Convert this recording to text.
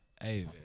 Hey